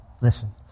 listen